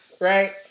right